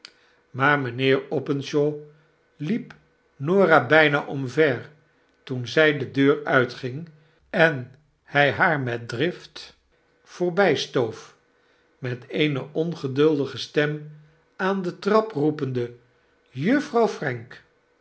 maar mijnheer openshaw liep norab bijna omver toen zij de deur uitging en hij haar met drift voorbijstoof met eene ongeduldige stem aan de trap roepende juffrouw frank